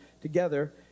together